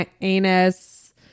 anus